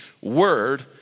word